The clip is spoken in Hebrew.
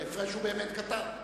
ההפרש הוא באמת קטן.